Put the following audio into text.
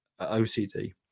ocd